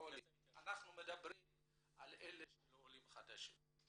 אנחנו מדברים על אלה שהם לא עולים חדשים.